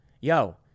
Yo